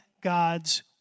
God's